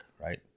right